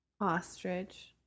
Ostrich